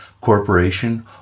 corporation